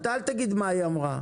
אל תגיד מה היא אמרה.